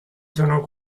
sono